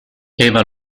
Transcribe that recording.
eva